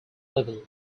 level